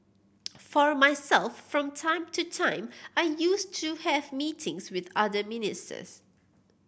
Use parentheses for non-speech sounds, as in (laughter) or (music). (noise) for myself from time to time I used to have meetings with other ministers